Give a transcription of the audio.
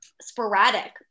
sporadic